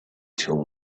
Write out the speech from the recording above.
till